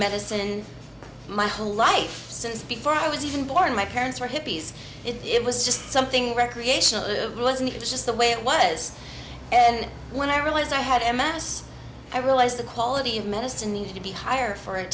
medicine my whole life since before i was even born my parents were hippies it was just something recreational live wasn't just the way it was and when i realized i had a mass i realized the quality of medicine needed to be higher for it